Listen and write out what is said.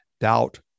doubt